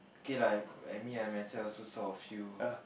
okay lah I mean I myself also saw a few